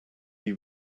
you